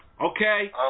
Okay